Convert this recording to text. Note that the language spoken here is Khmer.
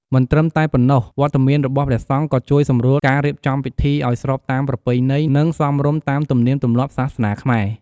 មិនត្រឹមតែប៉ុណ្ណោះ វត្តមានរបស់ព្រះសង្ឃក៏ជួយសម្រួលការរៀបចំពិធីឲ្យស្របតាមប្រពៃណី និង សមរម្យតាមទំនៀមទម្លាប់សាសនាខ្មែរ។